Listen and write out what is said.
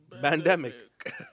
pandemic